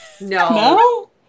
No